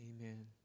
Amen